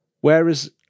Whereas